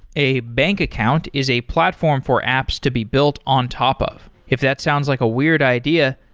a bank account is a platform for apps to be built on top of. if that sounds like a weird idea,